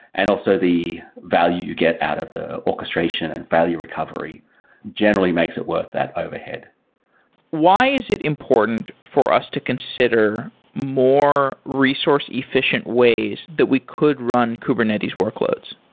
and also, the value you get out of the orchestration and value recovery generally makes it worth that overhead why is it important for us to consider more resource-efficient ways that we could run kubernetes workloads?